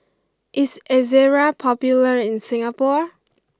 is Ezerra popular in Singapore